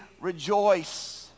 rejoice